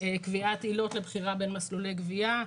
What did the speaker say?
קביעת עילות לבחירה בין מסלולי גבייה,